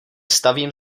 stavím